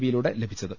V യിലൂടെ ലഭിച്ചത്